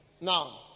Now